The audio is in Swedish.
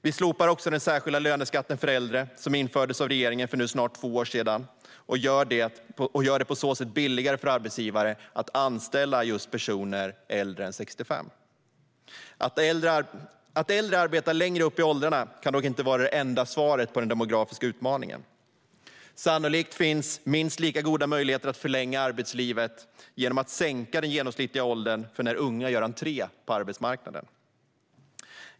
Vi slopar också den särskilda löneskatten för äldre, som infördes av regeringen för snart två sedan, och gör det på så sätt billigare för arbetsgivare att anställa just personer äldre än 65. Att äldre arbetar längre upp i åldrarna kan dock inte vara det enda svaret på den demografiska utmaningen. Sannolikt finns minst lika goda möjligheter att förlänga arbetslivet genom att sänka den genomsnittliga åldern för när unga gör entré på arbetsmarknaden.